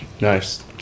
Nice